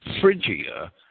Phrygia